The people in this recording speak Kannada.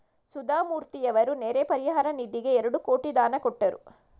ಸುಧಾಮೂರ್ತಿಯವರು ನೆರೆ ಪರಿಹಾರ ನಿಧಿಗೆ ಎರಡು ಕೋಟಿ ದಾನ ಕೊಟ್ಟರು